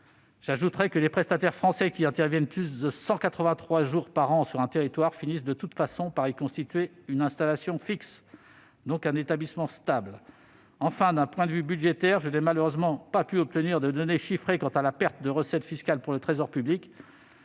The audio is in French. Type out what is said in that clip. en Argentine. Les prestataires français qui interviennent plus de 183 jours par an sur un territoire finissent de toute façon par y constituer une installation fixe, donc un établissement stable ... Enfin, d'un point de vue budgétaire, je n'ai malheureusement pas pu obtenir de données chiffrées sur la perte de recettes fiscales pour le Trésor public.